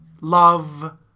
love